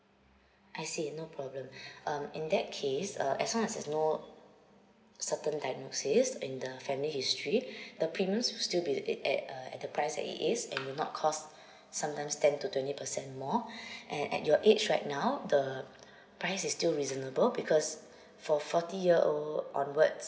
I see no problem um in that case uh as long as there's no certain diagnosis in the family history the premiums will still be it at uh at the price that it is and will not cost sometimes ten to twenty percent more and at your age right now the price is still reasonable because for forty year old onwards